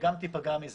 שגם תיפגע מזה,